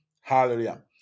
hallelujah